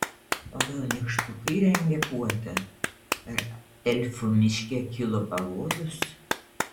o gal nykštukai rengia puotą ar elfų miške kilo pavojus